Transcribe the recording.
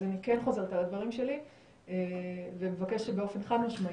אז אני כן חוזרת על דברי ומבקשת באופן חד משמעי: